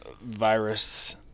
virus